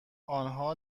آنها